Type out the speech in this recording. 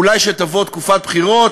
אולי שתבוא תקופת בחירות.